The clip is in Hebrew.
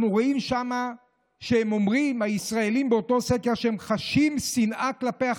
אנחנו רואים שם שהישראלים אומרים באותו סקר שהם חשים שנאה כלפי החרדים.